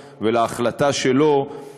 היא קשורה לצלב האדום ולהחלטה שלו להפסיק